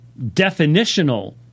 definitional